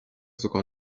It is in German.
sogar